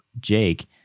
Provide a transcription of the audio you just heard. Jake